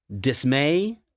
Dismay